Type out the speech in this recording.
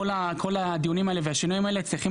כל הדיונים האלה והשינויים האלה צריכים